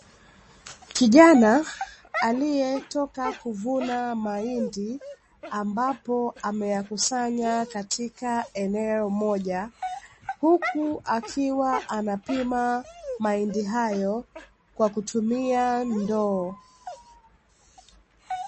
Kijana aliyetoka kuvuna mahindi ambapo ameyakusanya katika eneo moja, huku akiwa anapima mahindi hayo kwa kutumia ndoo.